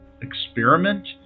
experiment